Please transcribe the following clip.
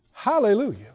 Hallelujah